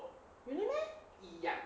really meh